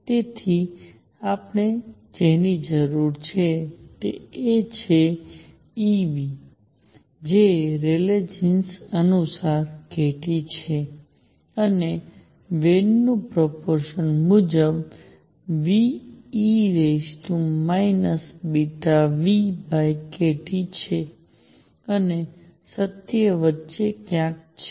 તેથી આપણે જેની જરૂર છે તે છે E જે રેલેગ જીન્સ અનુસાર k T છે અને વેન નું પ્રપોરર્શન મુજબ νe βνkT છે અને સત્ય વચ્ચે ક્યાંક છે